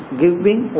giving